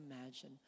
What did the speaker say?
imagine